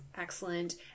Excellent